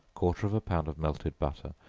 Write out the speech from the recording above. quarter of a pound of melted butter,